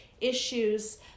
issues